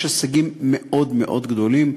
יש הישגים מאוד גדולים.